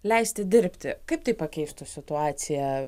leisti dirbti kaip tai pakeistų situaciją